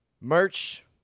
merch